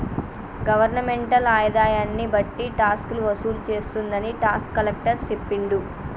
governmental ఆదాయన్ని బట్టి టాక్సులు వసూలు చేస్తుందని టాక్స్ కలెక్టర్ సెప్పిండు